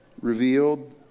revealed